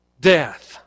death